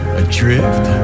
adrift